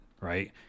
right